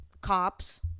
Cops